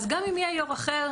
אז גם אם יהיה יו"ר אחר,